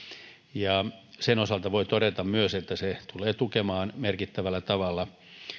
ja sen osalta voi todeta myös että se tulee tukemaan merkittävällä tavalla